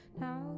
Now